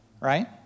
right